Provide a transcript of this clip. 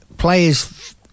players